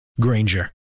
Granger